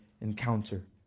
encounter